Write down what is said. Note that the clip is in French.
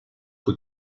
que